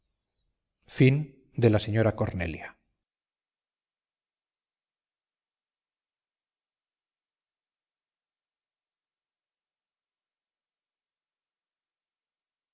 la señora cornelia